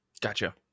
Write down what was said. Gotcha